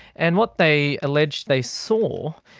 and what they alleged they saw,